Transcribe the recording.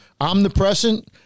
omnipresent